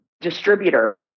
distributor